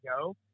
go